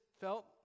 felt